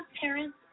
parents